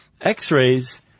x-rays